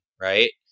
right